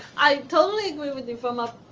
i totally agree with you from a